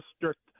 District